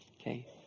okay